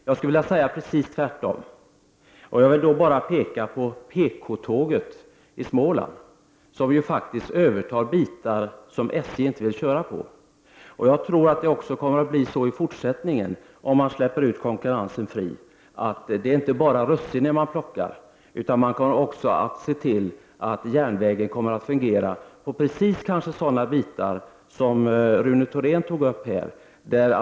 Jag vill säga precis tvärtom, och jag vill då hänvisa till BK-tåget i Småland, som ju faktiskt övertar bitar som SJ inte vill köra på. Jag tror inte att det blir så i fortsättningen att det bara är russinen man plockar ut om konkurrensen släpps fri, utan man kommer att se till att järnvägen fungerar på just sådana sträckor som Rune Thorén tog upp.